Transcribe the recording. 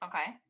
Okay